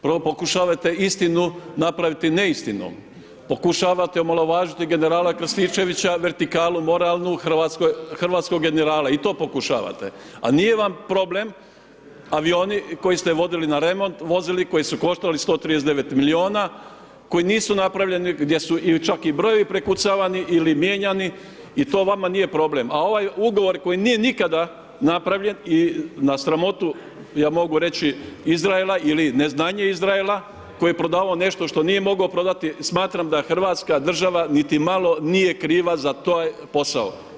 Prvo pokušavate istinu napraviti neistinom, pokušavate omalovažiti generala Krstičevića, vertikalu moralnu hrvatskog generale i to pokušavate, a nije vam problem avioni koji ste vodili na remont, vozili koji su koštali 139 miliona, koji nisu napravljeni, gdje su čak i brojevi prekucavani ili mijenjani i to vama nije problem, a ovaj ugovor koji nije nikada napravljen i na sramotu ja mogu reći Izraela ili ne znanje Izraela koji je prodavao nešto što nije mogao prodati, smatram da je Hrvatska država niti malo nije kriva za taj posao.